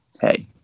hey